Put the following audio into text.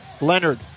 Leonard